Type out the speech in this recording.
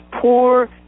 poor